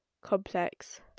complex